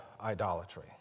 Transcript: idolatry